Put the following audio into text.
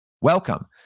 welcome